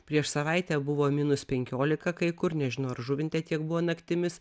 prieš savaitę buvo minus penkiolika kai kur nežinau ar žuvinte tiek buvo naktimis